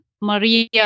Maria